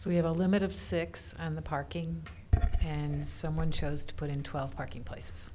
so we have a limit of six and the parking and someone chose to put in twelve parking place